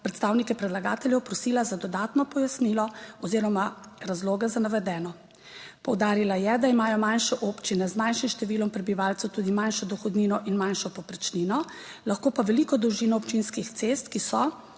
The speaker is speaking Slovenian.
predstavnike predlagateljev prosila za dodatno pojasnilo oziroma razloge za navedeno. Poudarila je, da imajo manjše občine z manjšim številom prebivalcev tudi manjšo dohodnino in manjšo povprečnino, lahko pa veliko dolžino občinskih cest, ki so